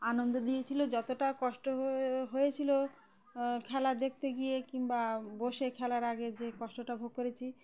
আনন্দ দিয়েছিলো যতটা কষ্ট হয়ে হয়েছিলো খেলা দেখতে গিয়ে কিংবা বসে খেলার আগে যে কষ্টটা ভোগ করেছি